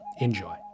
Enjoy